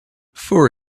for